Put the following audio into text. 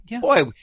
Boy